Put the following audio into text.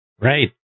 Right